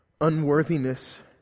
unworthiness